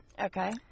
Okay